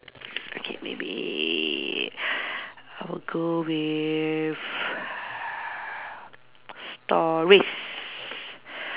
okay maybe I'll go with stories